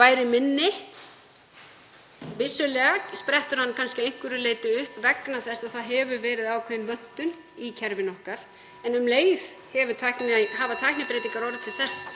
væri minni — vissulega sprettur hann að einhverju leyti upp vegna þess að það hefur verið ákveðin vöntun í kerfinu okkar, en um leið hafa tæknibreytingar orðið til þess